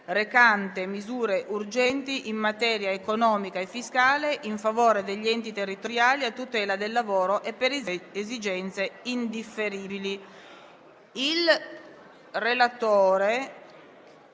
recante misure urgenti in materia economica e fiscale, in favore degli enti territoriali, a tutela del lavoro e per esigenze indifferibili***